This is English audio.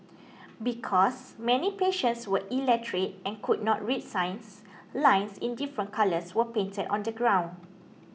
because many patients were illiterate and could not read signs lines in different colours were painted on the ground